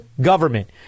government